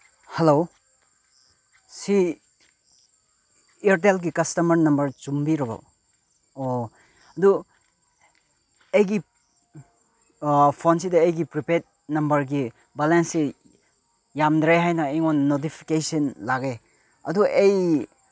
hello ꯁꯤ ꯏꯌꯔꯇꯦꯜꯒꯤ customer number ꯆꯨꯝꯕꯤꯔꯕꯣ ꯑꯣ ꯑꯗꯨ ꯑꯩꯒꯤ ꯐꯣꯟꯁꯤꯗ ꯑꯩꯒꯤ ꯄ꯭ꯔꯤꯄꯦꯠ ꯅꯝꯕꯔꯒꯤ ꯕꯦꯂꯦꯟꯁꯁꯤ ꯌꯥꯝꯗ꯭ꯔꯦ ꯍꯥꯏꯅ ꯑꯩꯉꯣꯟꯗ ꯅꯣꯇꯤꯐꯤꯀꯦꯁꯟ ꯂꯥꯛꯑꯦ ꯑꯗꯨ ꯑꯩ